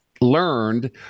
learned